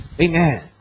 Amen